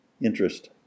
interest